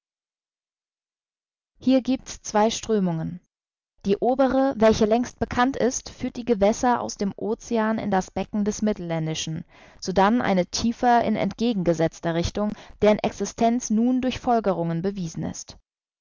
hier giebt's zwei strömungen die obere welche längst bekannt ist führt die gewässer aus dem ocean in das becken des mittelländischen sodann eine tiefer in entgegengesetzter richtung deren existenz nun durch folgerungen bewiesen ist